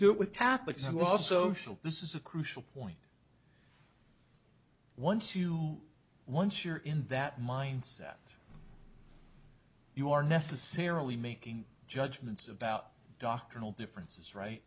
do it with catholics who also szell this is a crucial point once you once you're in that mindset you are necessarily making judgments about doctrinal differences right